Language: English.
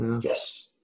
Yes